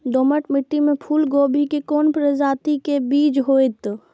दोमट मिट्टी में फूल गोभी के कोन प्रजाति के बीज होयत?